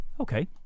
okay